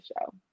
show